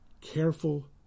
careful